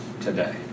today